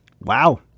Wow